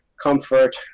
comfort